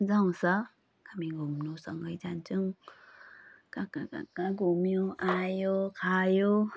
मजा आउँछ हामी घुम्न सँगै जान्छौँ कहाँ कहाँ घुम्यो आयो खायो